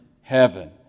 heaven